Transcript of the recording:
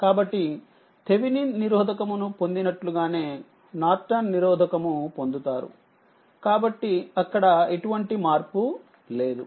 కాబట్టి థెవెనిన్ నిరోధకము ను పొందినట్లుగానే నార్టన్ నిరోధకము పొందుతారు కాబట్టి అక్కడ ఎటువంటిమార్పులేదు